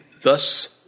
thus